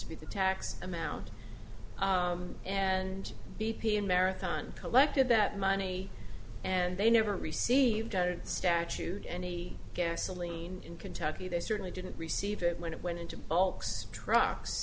to be the tax amount and b p in marathon collected that money and they never received out statute any gasoline in kentucky they certainly didn't receive it when it went into bulks truck